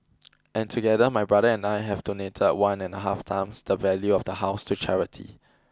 and together my brother and I have donated one and a half times the value of the house to charity